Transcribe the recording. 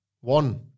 one